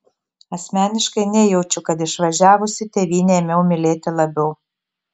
asmeniškai nejaučiu kad išvažiavusi tėvynę ėmiau mylėti labiau